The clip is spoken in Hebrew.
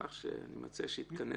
כך שאני מציע יכנס